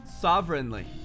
Sovereignly